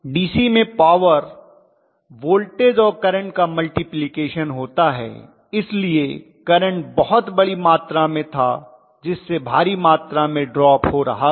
DC में power voltage और current का मल्टीप्लिकेशन होता है इसलिए करंट बहुत बड़ी मात्रा में था जिससे भारी मात्रा में ड्रॉप हो रहा था